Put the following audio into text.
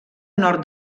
nord